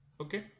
Okay